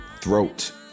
throat